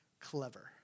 clever